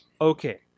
Okay